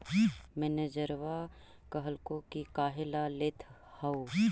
मैनेजरवा कहलको कि काहेला लेथ हहो?